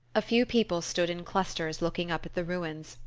a few people stood in clusters looking up at the ruins,